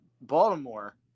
Baltimore